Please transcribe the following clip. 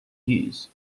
use